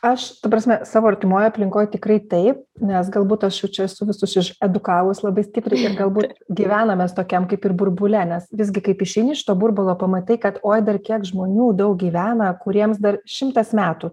aš ta prasme savo artimoj aplinkoj tikrai taip nes galbūt aš jau čia esu visus išedukavus labai stipriai kad galbūt gyvenam mes tokiam kaip ir burbule nes visgi kaip išeini iš to burbulo pamatai kad oi dar kiek žmonių daug gyvena kuriems dar šimtas metų